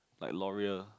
like Loreal